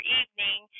evening